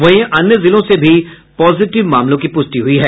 वहीं अन्य जिलों से भी पॉजिटिव मामलों की पुष्टि हुई है